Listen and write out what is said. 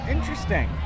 Interesting